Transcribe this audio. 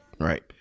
right